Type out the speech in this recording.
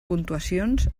puntuacions